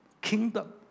Kingdom